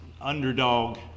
underdog